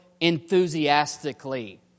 enthusiastically